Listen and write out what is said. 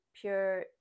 pure